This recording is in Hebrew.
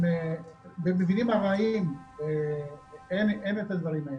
במבנים ארעיים ואין את הדברים האלה.